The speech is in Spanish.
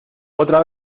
otra